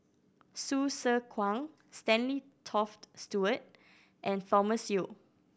Hsu Tse Kwang Stanley Toft Stewart and Thomas Yeo